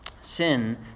sin